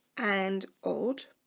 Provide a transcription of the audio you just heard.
and odd